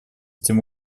этим